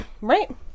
right